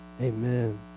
Amen